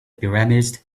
pyramids